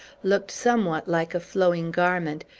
looked somewhat like a flowing garment,